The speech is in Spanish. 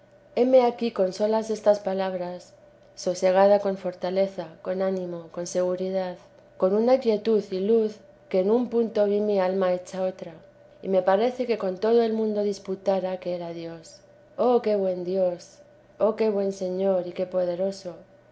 heme aquí con solas estas palabras sosegada con fortaleza con ánimo con seguridad con una quietud y luz que en un punto vi mi alma hecha otra y me parece que con todo el mundo disputara que era dios oh qué buen dios oh qué buen señor y qué poderoso